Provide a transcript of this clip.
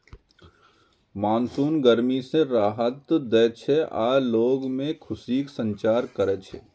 monsoon गर्मी सं राहत दै छै आ लोग मे खुशीक संचार करै छै